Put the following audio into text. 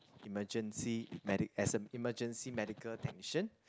emergency medic as a emergency medical technician